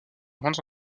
grandes